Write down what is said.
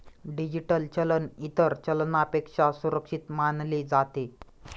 digital चलन इतर चलनापेक्षा सुरक्षित मानले जाते